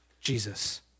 Jesus